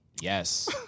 Yes